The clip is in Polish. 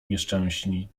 nieszczęśni